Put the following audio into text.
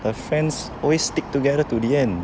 the friends always stick together to the end